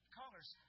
colors